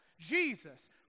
Jesus